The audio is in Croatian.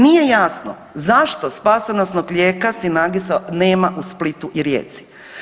Nije jasno zašto spasonosnog lijeka Syinagisa nema u Splitu i Rijeci.